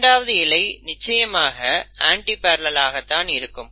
இரண்டாவது இழை நிச்சயமாக அண்டிபரலெல் ஆக தான் இருக்கும்